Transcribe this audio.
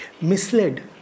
misled